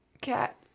Cat